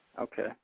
Okay